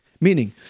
Meaning